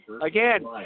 Again